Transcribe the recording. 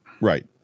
Right